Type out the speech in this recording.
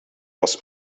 was